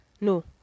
no